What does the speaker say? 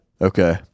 Okay